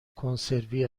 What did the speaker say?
کنسروی